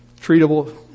treatable